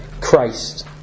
Christ